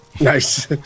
Nice